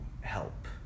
help